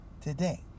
today